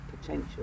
potential